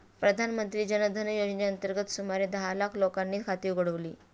प्रधानमंत्री जन धन योजनेअंतर्गत सुमारे दहा लाख लोकांची खाती उघडली